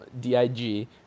D-I-G